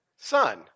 Son